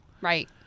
Right